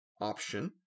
option